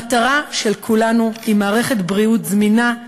המטרה של כולנו היא מערכת בריאות זמינה,